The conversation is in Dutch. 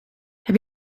heb